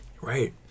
Right